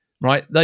right